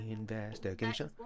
Investigation